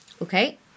Okay